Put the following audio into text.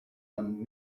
them